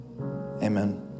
Amen